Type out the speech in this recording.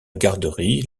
garderie